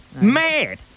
mad